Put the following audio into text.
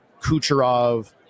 Kucherov